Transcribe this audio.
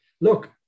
Look